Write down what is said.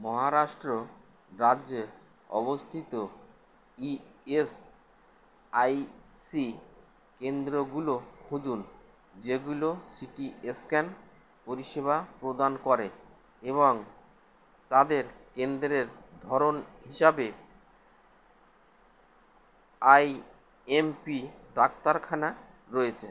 মহারাষ্ট্র রাজ্যে অবস্থিত E S I C কেন্দ্রগুলো খুঁজুন যেগুলো সিটি স্ক্যান পরিষেবা প্রদান করে এবং তাদের কেন্দ্রের ধরন হিসাবে আইএমপি ডাক্তারখানা রয়েছে